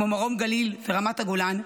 כמו מרום גליל ורמת הגולן,